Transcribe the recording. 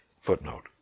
Footnote